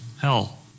hell